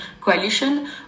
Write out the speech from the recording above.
coalition